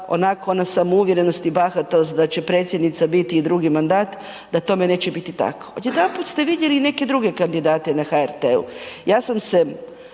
onako ona samouvjerenost i bahatost da će predsjednica biti drugi mandat da tome neće biti tako. Odjedanput ste vidjeli neke druge kandidate na HRT-u. Ja sam se